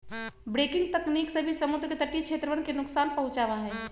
breaking तकनीक से भी समुद्र के तटीय क्षेत्रवन के नुकसान पहुंचावा हई